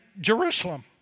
Jerusalem